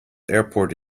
airport